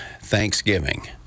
Thanksgiving